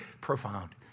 profound